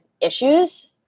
issues